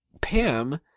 Pam